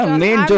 main